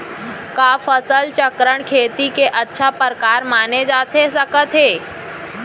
का फसल चक्रण, खेती के अच्छा प्रकार माने जाथे सकत हे?